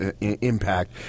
impact